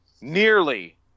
nearly